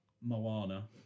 Moana